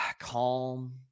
Calm